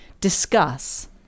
Discuss